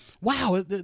wow